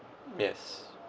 yes